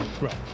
right